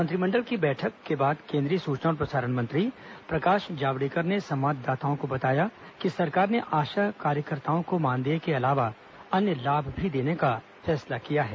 मंत्रिमंडल की बैठक के बाद केंद्रीय सूचना और प्रसारण मंत्री प्रकाश जावडेकर ने संवाददाताओं को बताया कि सरकार ने आशा कार्यकर्ताओं को मानदेय के अलावा अन्य लाभ भी देने का फैसला किया है